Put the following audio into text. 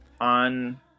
on